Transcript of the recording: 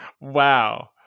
Wow